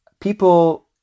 people